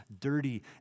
dirty